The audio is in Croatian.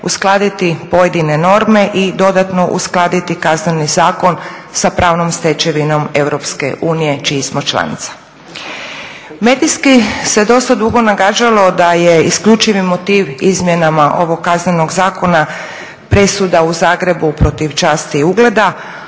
uskladiti pojedine norme i dodatno uskladiti Kazneni zakon sa pravnom stečevinom EU čija smo članica. Medijski se dosta dugo nagađalo da je isključivi motiv izmjenama ovog Kaznenog zakona presuda u Zagrebu protiv časti i ugleda,